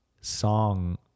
song